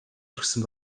орхисон